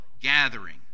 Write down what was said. gathering